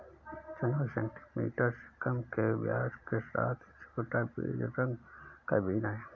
चना सेंटीमीटर से कम के व्यास के साथ एक छोटा, बेज रंग का बीन है